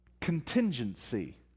contingency